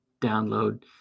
download